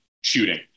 shooting